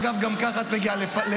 בחודש, אגב, גם ככה את מגיעה לפגרה.